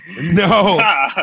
No